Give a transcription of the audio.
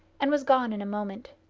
and was gone in a moment.